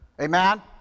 Amen